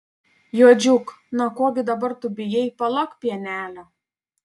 juodžiuk na ko gi dabar tu bijai palak pienelio